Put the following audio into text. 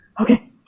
Okay